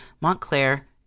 Montclair